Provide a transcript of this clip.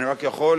אני רק יכול,